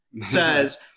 says